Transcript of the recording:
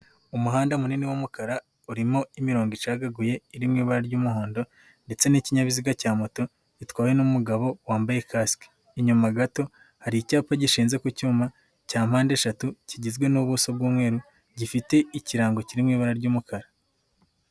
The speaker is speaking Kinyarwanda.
Umuhanda munini w'umukara urimo imirongo icagaguye iri mu ibara ry'umuhondo ndetse n'ikinyabiziga cya moto gitwawe n'umugabo wambaye kasike, inyuma gato hari icyapa gishinze ku cyuma cya mpande eshatu kigizwe n'ubuso bw'umweru, gifite ikirango kiri mu ibara ry'umukara.